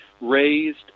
raised